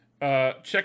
Check